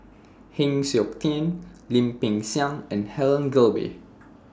Heng Siok Tian Lim Peng Siang and Helen Gilbey